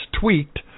tweaked